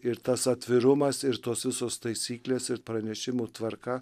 ir tas atvirumas ir tos visos taisyklės ir pranešimų tvarka